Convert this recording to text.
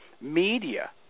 media